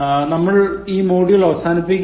നമ്മൾ ഈ മോഡ്യുൾ അവസാനിപ്പിക്കുകയാണ്